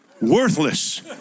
worthless